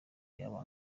yaba